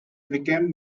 became